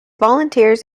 volunteers